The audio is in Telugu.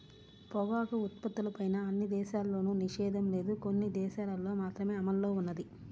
పొగాకు ఉత్పత్తులపైన అన్ని దేశాల్లోనూ నిషేధం లేదు, కొన్ని దేశాలల్లో మాత్రమే అమల్లో ఉన్నది